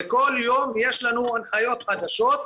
וכל יום יש לנו הנחיות חדשות.